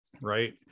right